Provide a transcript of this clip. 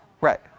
Right